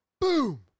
boom